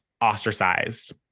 ostracized